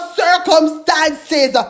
circumstances